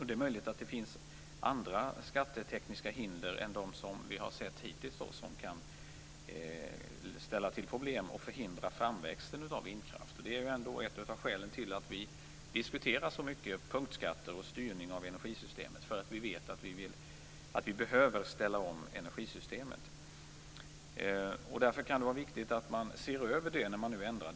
Det är möjligt att det finns andra skattetekniska hinder än de som vi har sett hittills som kan ställa till problem och förhindra framväxten av vindkraft. Ett av skälen till att vi diskuterar punktskatter och styrning av energisystemet så mycket är att vi vet att vi behöver ställa om energisystemet. Därför kan det vara viktigt att se över detta när vi nu gör en ändring.